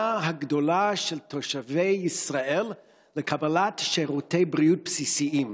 הגדולה של תושבי ישראל לקבלת שירותי בריאות בסיסיים.